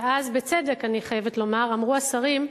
ואז, בצדק, אני חייבת לומר, אמרו השרים: